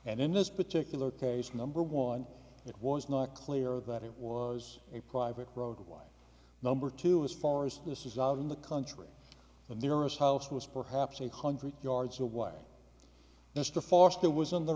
and in this particular case number one it was not clear that it was a private road why number two as far as this is out in the country the nearest house was perhaps a hundred yards away mr forster was on the